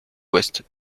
ouest